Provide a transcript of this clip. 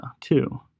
two